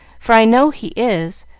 for i know he is,